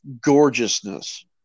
gorgeousness